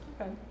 Okay